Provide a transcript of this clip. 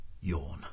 Yawn